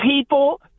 people